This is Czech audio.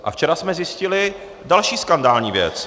A včera jsme zjistili další skandální věc.